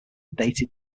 dated